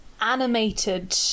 animated